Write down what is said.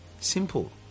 Simple